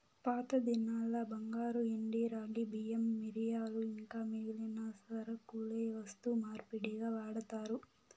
పాతదినాల్ల బంగారు, ఎండి, రాగి, బియ్యం, మిరియాలు ఇంకా మిగిలిన సరకులే వస్తు మార్పిడిగా వాడారు